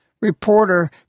reporter